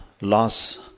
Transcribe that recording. loss